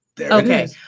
Okay